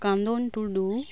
ᱠᱟᱸᱫᱚᱱ ᱴᱩᱰᱩ